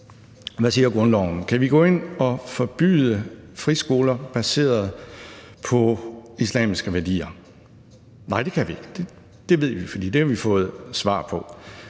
Hvad siger grundloven? Kan vi gå ind og forbyde friskoler baseret på islamiske værdier? Nej, det kan vi ikke. Det ved vi, for det har vi fået svar på.